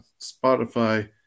Spotify